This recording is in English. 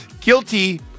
Guilty